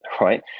Right